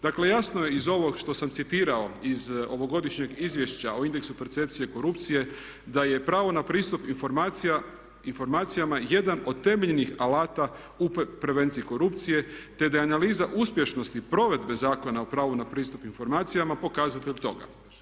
Dakle, jasno je iz ovog što sam citirao iz ovogodišnjeg Izvješća o indeksu percepcije korupcije, da je pravo na pristup informacijama jedan od temeljnih alata u prevenciji korupcije, te da je analiza uspješnosti provedbe Zakona o pravu na pristup informacijama pokazatelj toga.